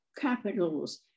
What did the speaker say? capitals